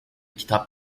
kitap